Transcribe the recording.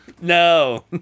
No